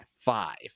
five